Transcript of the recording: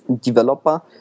developer